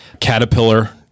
Caterpillar